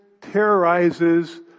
terrorizes